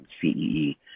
CEE